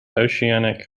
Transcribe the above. oceanic